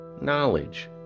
knowledge